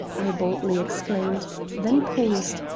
i boldly exclaimed then paused,